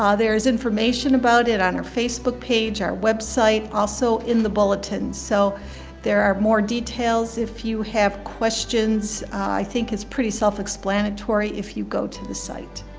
there is information about it on our facebook page, our website also in the bulletin. so there are more details if you have questions. i think it's pretty self-explanatory if you go to the site.